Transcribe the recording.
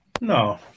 No